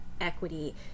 equity